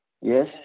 Yes